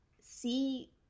see